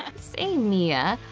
say mia,